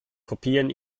kopien